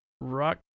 rock